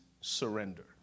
surrender